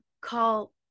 call